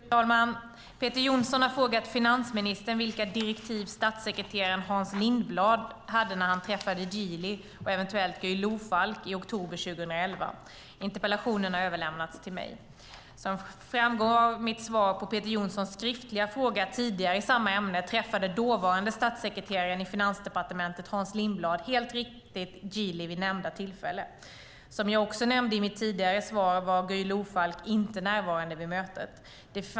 Fru talman! Peter Johnsson har frågat finansministern vilka direktiv statssekreterare Hans Lindblad hade när han träffade Geely och eventuellt Guy Lofalk i oktober 2011. Interpellationen har överlämnats till mig. Som framgår av mitt svar på Peter Johnssons skriftliga fråga tidigare i samma ämne träffade dåvarande statssekreteraren i finansdepartementet Hans Lindblad helt riktigt Geely vid nämnda tillfälle. Som jag också nämnde i mitt tidigare svar var Guy Lofalk inte närvarade vid mötet.